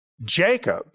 Jacob